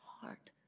heart